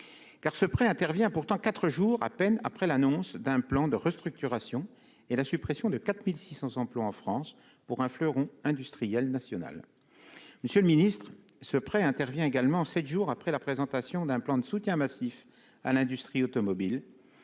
ce prêt intervient quatre jours à peine après l'annonce d'un plan de restructuration et la suppression de 4 600 emplois en France, pour un fleuron industriel national. Ce prêt intervient également sept jours après la présentation d'un plan de soutien massif à l'industrie automobile,